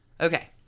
okay